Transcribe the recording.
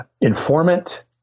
informant